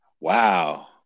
Wow